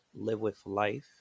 LiveWithLife